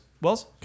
Wells